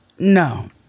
No